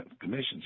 commissions